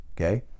okay